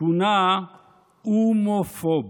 כונה "אומופוב".